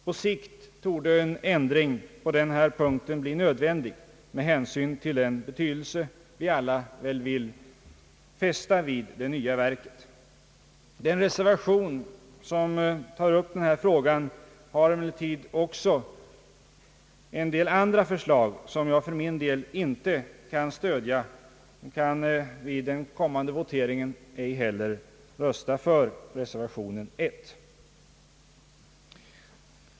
På sikt torde en ändring på denna punkt bli nödvändig med hänsyn till den betydelse vi alla vill fästa vid det nya verket. Den reservation, som tar upp den här frågan, har emellertid också en del andra förslag, som jag för min del inte kan stödja, och jag kan vid den kommande voteringen ej heller rösta för reservationen 1.